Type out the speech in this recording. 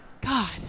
God